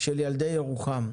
של ילדי ירוחם.